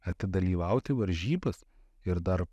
atidalyvauti varžybas ir dar